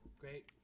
Great